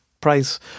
price